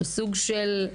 בסוג של,